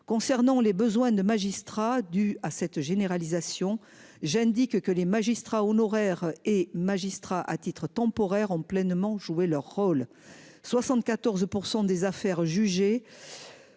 concernant les besoins de magistrats du à cette généralisation, j'indique que les magistrats honoraires et magistrats à titre temporaire ont pleinement joué leur rôle. 74% des affaires jugées.